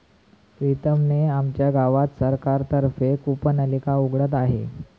प्रीतम ने आमच्या गावात सरकार तर्फे कूपनलिका उघडत आहे